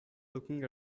looking